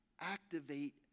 activate